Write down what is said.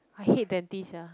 I hate dentist sia